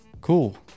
cool